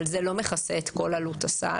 אבל זה לא מכסה את כל עלות הסל.